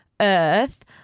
Earth